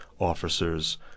officers